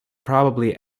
probably